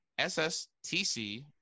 sstc